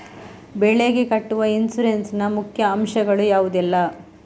ಬೆಳೆಗೆ ಕಟ್ಟುವ ಇನ್ಸೂರೆನ್ಸ್ ನ ಮುಖ್ಯ ಅಂಶ ಗಳು ಯಾವುದೆಲ್ಲ?